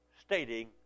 stating